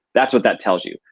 that's what that tells you.